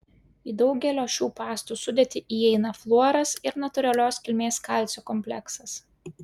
į daugelio šių pastų sudėtį įeina fluoras ir natūralios kilmės kalcio kompleksas